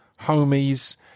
homies